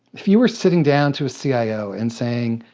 if you were sitting down to a cio and saying,